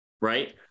right